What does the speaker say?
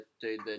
dude